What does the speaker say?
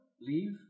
leave